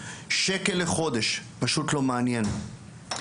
ששקל לחודש פשוט לא מעניין.